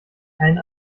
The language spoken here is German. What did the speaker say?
kein